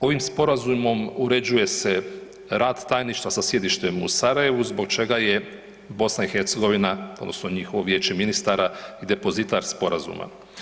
Ovim sporazumom uređuje se rad tajništva sa sjedištem u Sarajevu zbog čega je BiH odnosno njihovo vijeće ministara i depozitar sporazuma.